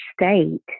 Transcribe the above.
state